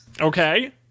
okay